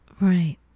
Right